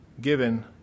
given